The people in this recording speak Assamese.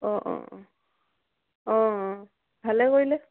অঁ অঁ অঁ অঁ ভালে কৰিলে